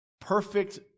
perfect